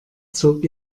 zog